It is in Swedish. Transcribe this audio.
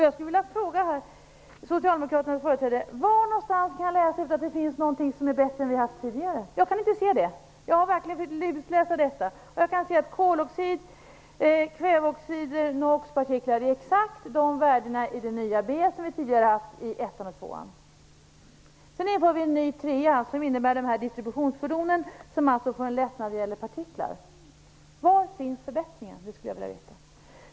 Jag skulle vilja fråga Socialdemokraternas företrädare: Var kan jag läsa att det finns någonting som är bättre än det som vi har haft tidigare? Jag kan inte se det, och jag har verkligen lusläst betänkandet. Jag kan se att det för koldioxid, kväveoxid och NOX-partiklar är exakt samma värden i den nya B-nivån som vi tidigare har haft i miljöklass 1 och 2. Vi inför en ny klass 3, som omfattar distributionsfordonen, som alltså får en lättnad när det gäller partiklar. Var finns förbättringen? Det skulle jag vilja veta.